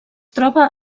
troba